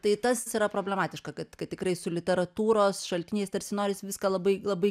tai tas yra problematiška kad kad tikrai su literatūros šaltiniais tarsi norisi viską labai labai